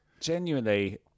Genuinely